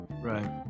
Right